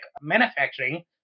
manufacturing